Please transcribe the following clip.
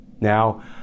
Now